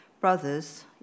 Brothers